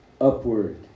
upward